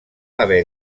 haver